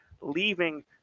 leaving